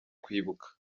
kwibuka